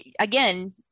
again